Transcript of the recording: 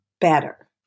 better